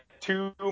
two